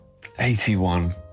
81